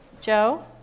Joe